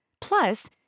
Plus